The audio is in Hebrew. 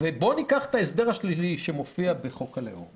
בוא ניקח את ההסדר השלילי שמופיע בחוק הלאום